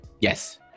yes